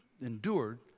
endured